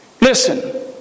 Listen